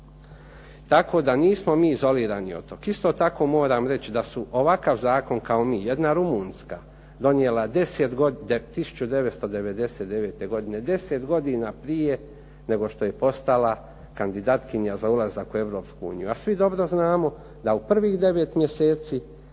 Tako da nismo mi izolirani od tog. Isto tako moram reći da su ovakav zakon kao mi jedna Rumunjska donijela 1999. godine, 10 godina prije nego što je postala kandidatkinja za ulazak u EU, a svi dobro znamo da u prvih 9 mj.